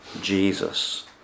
Jesus